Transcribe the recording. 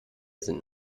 sind